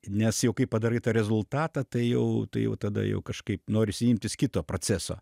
nes jau kai padarai tą rezultatą tai jau tai jau tada jau kažkaip norisi imtis kito proceso